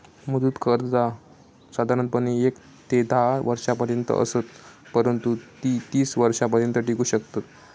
मुदत कर्जा साधारणपणे येक ते धा वर्षांपर्यंत असत, परंतु ती तीस वर्षांपर्यंत टिकू शकतत